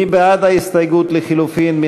מי בעד ההסתייגות לחלופין?